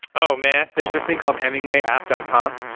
oh man! there's this thing called hemingwayapp dot com.